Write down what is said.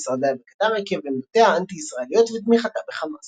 משרדיה בקטר עקב עמדותיה האנטי ישראליות ותמיכתה בחמאס.